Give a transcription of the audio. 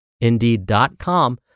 indeed.com